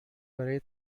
برای